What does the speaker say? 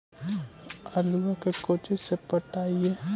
आलुआ के कोचि से पटाइए?